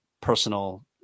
personal